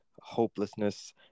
hopelessness